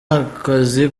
akazi